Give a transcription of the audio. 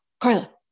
carla